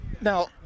Now